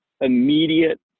immediate